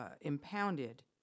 impounded